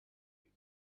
you